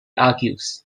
argues